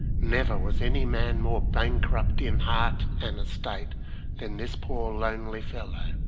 never was any man more bankrupt in heart and estate than this poor lonely fellow,